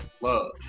love